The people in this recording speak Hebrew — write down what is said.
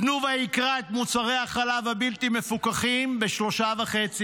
תנובה ייקרה את מוצרי החלב הבלתי-מפוקחים ב-3.5%,